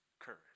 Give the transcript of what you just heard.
courage